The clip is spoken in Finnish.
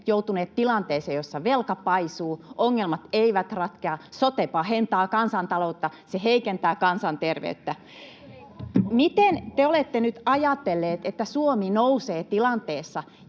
joutuneet tilanteeseen, jossa velka paisuu, ongelmat eivät ratkea ja sote pahentaa kansantaloutta ja heikentää kansanterveyttä. Miten te olette nyt ajatelleet, että Suomi nousee tilanteessa,